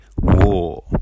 war